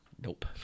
Nope